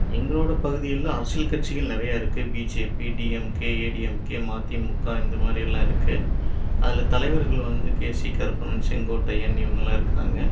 எங்களோடய பகுதியில் அரசியல் கட்சிகள் நிறைய இருக்குது பிஜேபி டிஎம்கே ஏடிஎம்கே மாதிமுகா இந்த மாதிரியெல்லாம் இருக்குது அதில் தலைவர்கள் வந்து கேசி கருப்பண்ணன் செங்கோட்டையன் இவங்கலாம் இருக்காங்க